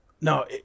No